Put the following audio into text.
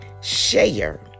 share